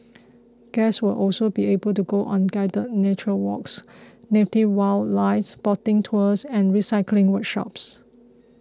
guests will also be able to go on guided nature walks native wildlife spotting tours and recycling workshops